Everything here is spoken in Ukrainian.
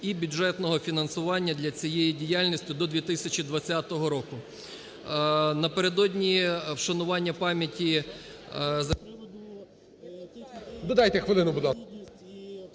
і бюджетного фінансування для цієї діяльності до 2020 року.